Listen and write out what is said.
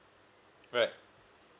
right